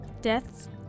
deaths